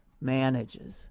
manages